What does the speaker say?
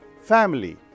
family